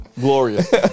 Glorious